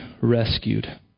rescued